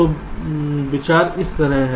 तो विचार इस तरह है